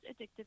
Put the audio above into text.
addictive